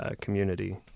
community